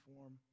form